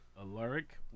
Alaric